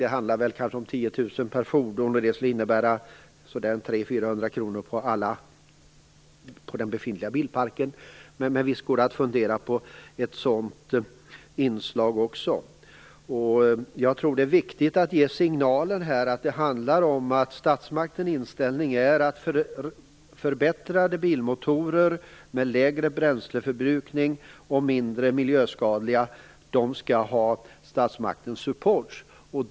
Det handlar om ca 10 000 kr per fordon, vilket skulle innebära 300-400 kr på den befintliga bilparken. Men visst går det att fundera på ett sådant inslag också. Jag tror att det är viktigt att här ge signalen att statsmaktens inställning är att förbättrade bilmotorer som har lägre bränsleförbrukning och är mindre miljöskadliga skall ha statsmaktens support.